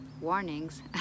warnings